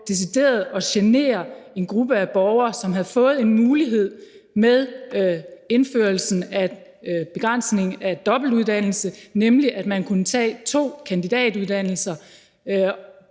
på decideret at genere en gruppe af borgere, som med indførelsen af begrænsning af dobbeltuddannelse havde fået en mulighed, nemlig at man kunne tage to kandidatuddannelser.